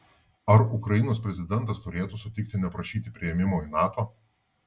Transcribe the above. ar ukrainos prezidentas turėtų sutikti neprašyti priėmimo į nato